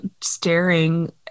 staring